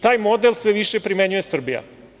Taj model sve više primenjuje Srbija.